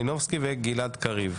הכנסת.